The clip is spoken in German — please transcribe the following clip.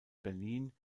berlin